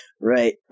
Right